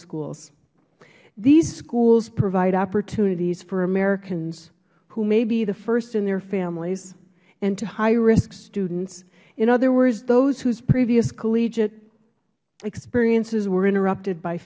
schools these schools provide opportunities for americans who may be the first in their family and to high risk students in other words those whose previous collegiate experiences were interrupted by